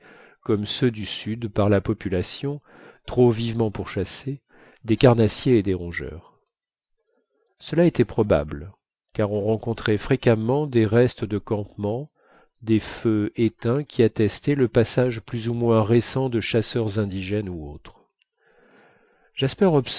comme ceux du sud par la population trop vivement pourchassée des carnassiers et des rongeurs cela était probable car on rencontrait fréquemment des restes de campement des feux éteints qui attestaient le passage plus ou moins récent de chasseurs indigènes ou autres